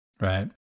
right